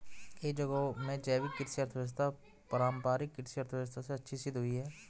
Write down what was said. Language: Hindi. कई जगहों में जैविक कृषि अर्थव्यवस्था पारम्परिक कृषि अर्थव्यवस्था से अच्छी सिद्ध हुई है